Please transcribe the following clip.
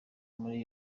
muri